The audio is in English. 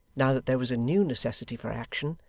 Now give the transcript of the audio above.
now that there was a new necessity for action,